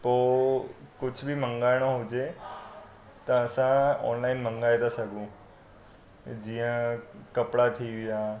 पोइ कुछ बि मंगाइणो हुजे त असां ऑनलाइन मंगाइ था सघूं जीअं कपिड़ा थी विया